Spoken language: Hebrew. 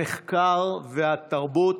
המחקר והתרבות,